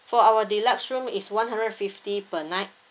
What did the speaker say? for our deluxe room is one hundred fifty per night